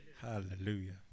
Hallelujah